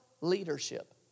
leadership